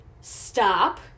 stop